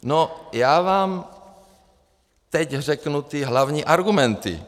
No já vám teď řeknu ty hlavní argumenty.